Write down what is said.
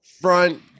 front